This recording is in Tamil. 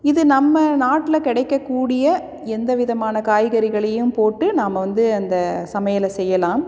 இது நம்ம நாட்டில் கிடைக்கக்கூடிய எந்த விதமான காய்கறிகளையும் போட்டு நாம வந்து அந்த சமையலை செய்யலாம்